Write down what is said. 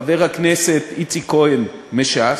חבר הכנסת איציק כהן מש"ס,